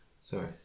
Sorry